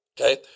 okay